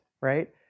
right